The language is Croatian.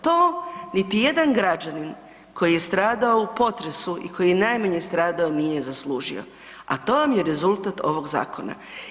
To niti jedan građanin koji je stradao u potresu i koji je najmanje stradao, nije zaslužio a to vam je rezultat ovoga zakona.